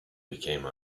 became